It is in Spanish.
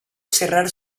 cerrar